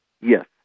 Yes